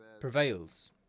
prevails